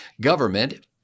government